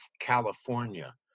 california